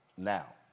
Now